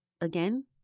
again